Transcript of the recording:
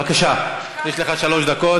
בבקשה, יש לך שלוש דקות.